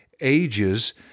ages